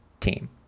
team